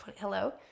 hello